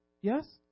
Yes